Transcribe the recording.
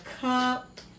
cup